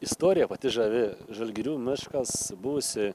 istorija pati žavi žalgirių miškas būsi